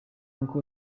uncle